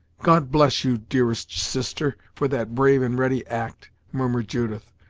god bless you, dearest sister, for that brave and ready act! murmured judith,